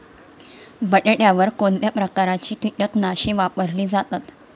बटाट्यावर कोणत्या प्रकारची कीटकनाशके वापरली जातात?